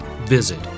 Visit